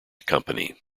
company